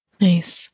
Nice